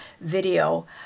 video